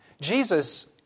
Jesus